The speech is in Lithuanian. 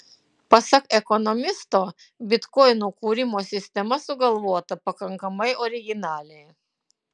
pasak ekonomisto bitkoinų kūrimo sistema sugalvota pakankamai originaliai